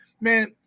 Man